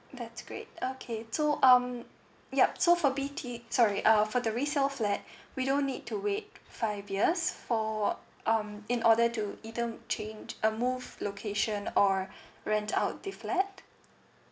that's great okay so um yup so for B_T sorry uh for the resale flat we don't need to wait five years for um in order to either change uh move location or rent out the flat